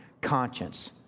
conscience